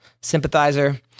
sympathizer